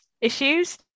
issues